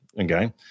okay